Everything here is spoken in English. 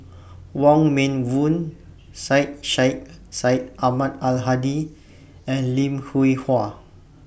Wong Meng Voon Syed Sheikh Syed Ahmad Al Hadi and Lim Hwee Hua